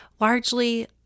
largely